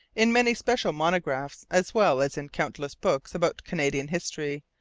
in many special monographs as well as in countless books about canadian history.